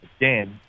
Again